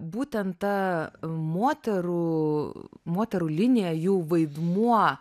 būtent ta moterų moterų linija jų vaidmuo